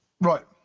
right